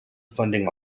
funding